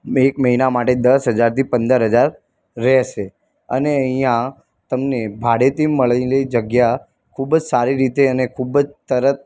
એક મહિના માટે દસ હજારથી પંદર હજાર રહેશે અને અહીંયા તમને ભાડેથી મળેલી જગ્યા ખૂબ જ સારી રીતે અને ખૂબ જ તરત